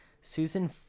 susan